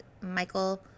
Michael